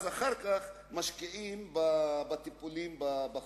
אחר כך משקיעים בטיפולים בחולים,